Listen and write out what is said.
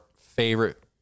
favorite